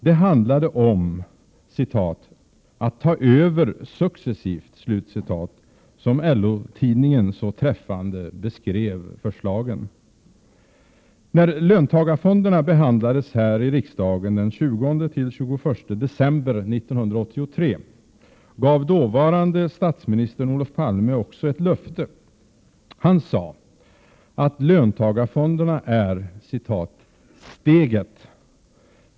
Det handlade om att ”ta över successivt”, som LO-tidningen så träffande beskrev förslagen. När löntagarfonderna behandlades här i riksdagen den 20-21 december 1983 gav dåvarande statsminister Olof Palme också ett löfte. Han sade att löntagarfonderna är ”steget”.